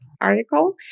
article